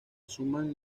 suman